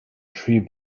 tree